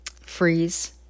freeze